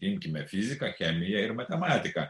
imkime fiziką chemiją ir matematiką